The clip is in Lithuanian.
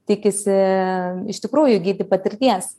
tikisi iš tikrųjų įgyti patirties